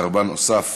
קורבן נוסף